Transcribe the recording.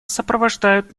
сопровождают